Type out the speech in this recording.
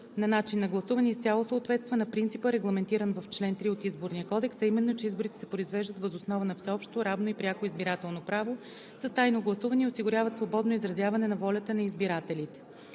на начин на гласуване изцяло съответства на принципа, регламентиран в чл. 3 от Изборния кодекс, а именно, че изборите се произвеждат въз основа на всеобщо, равно и пряко избирателно право с тайно гласуване и осигуряват свободно изразяване на волята на избирателите.